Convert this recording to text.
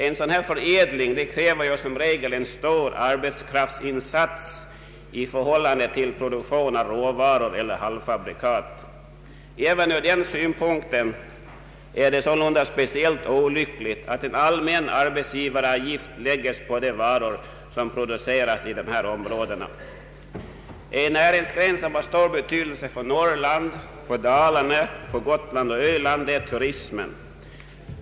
En dylik förädling kräver som regel stor arbetskraftsinsats i förhållande till produktion av råvaror eller halvfabrikat. även ur den synpunkten är det speciellt olyckligt att en allmän arbetsgivaravgift läggs på de varor som produceras i dessa områden. En näringsgren som har stor betydelse för Norrland, Dalarna, Gotland och Öland är turismen.